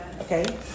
okay